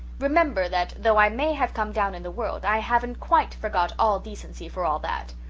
remember that, though i may have come down in the world, i haven't quite forgot all decency for all that.